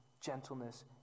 gentleness